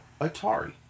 Atari